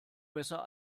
besser